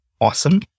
awesome